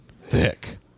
thick